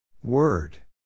Word